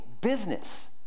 business